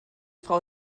frau